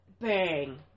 bang